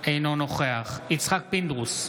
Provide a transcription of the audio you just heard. אינו נוכח יצחק פינדרוס,